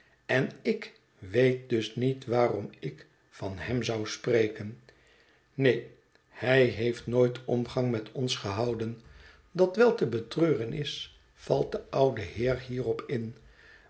en ik weet dus niet waarom ik van hem zou spreken neen hij heeft nooit omgang met ons gehouden dat wel te betreuren is valt de oude heer hierop in